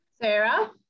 Sarah